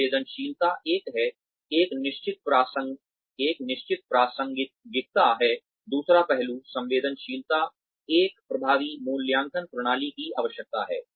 संवेदनशीलता एक है एक निश्चित प्रासंगिकता है दूसरा पहलू संवेदनशीलता एक प्रभावी मूल्यांकन प्रणाली की आवश्यकता है